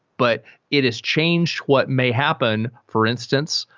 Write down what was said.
but it is change what may happen. for instance,